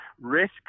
risk